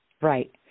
Right